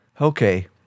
Okay